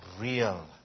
real